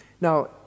now